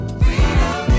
freedom